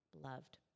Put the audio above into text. loved